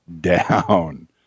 down